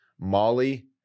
molly